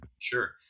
Sure